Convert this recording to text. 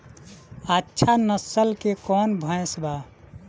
अच्छा नस्ल के कौन भैंस बा?